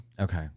Okay